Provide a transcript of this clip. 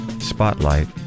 spotlight